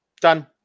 Done